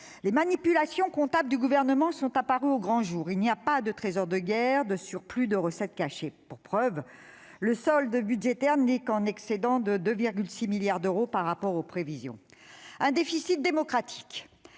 Les manipulations comptables du Gouvernement sont apparues au grand jour : il n'y a pas de « trésor de guerre », de surplus de recettes cachées. Pour preuve, le solde budgétaire n'est en excédent que de 2,6 milliards d'euros par rapport aux prévisions. Déficit démocratique,